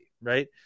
Right